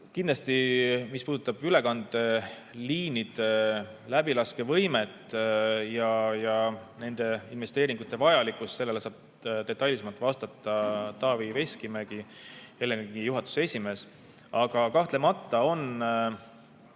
Sellele, mis puudutab ülekandeliinide läbilaskevõimet ja nende investeeringute vajalikkust, saab detailsemalt vastata Taavi Veskimägi, Eleringi juhatuse esimees. Aga kahtlemata on